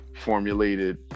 formulated